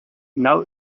now